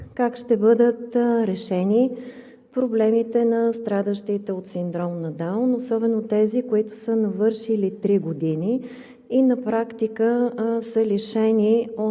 как ще бъдат решени проблемите на страдащите от синдром на Даун, особено тези, които са навършили три години и на практика са лишени от